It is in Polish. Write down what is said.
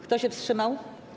Kto się wstrzymał?